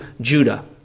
Judah